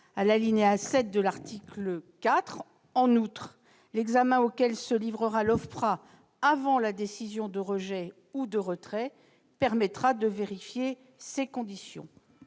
à l'alinéa 7 de l'article 4. En outre, l'examen auquel se livrera l'OFPRA avant la décision de rejet ou de retrait permettra de vérifier que ces conditions